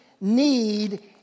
need